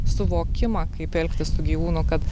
suvokimą kaip elgtis su gyvūnu kad